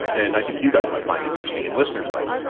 and i think you guys might find interesting and listeners might.